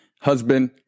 husband